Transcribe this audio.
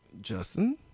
Justin